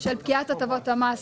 של פקיעת הטבות המס.